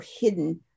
hidden